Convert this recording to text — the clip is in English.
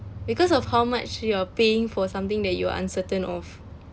because of how much you're paying for something that you are uncertain of